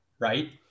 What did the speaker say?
right